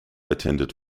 attended